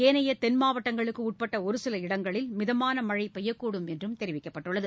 ஏனைய தென்மாவட்டங்களுக்கு உட்பட்ட ஒருசில இடங்களில் மிதமான மழை பெய்யக்கூடும் என்றும் தெரிவிக்கப்பட்டுள்ளது